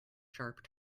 sharp